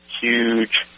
huge